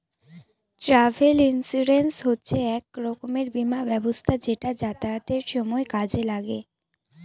travel insurance হচ্ছে এক রকমের বীমা ব্যবস্থা যেটা যাতায়াতের সময় কাজে লাগে